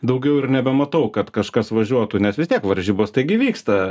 daugiau ir nebematau kad kažkas važiuotų nes vis tiek varžybos taigi vyksta